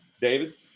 David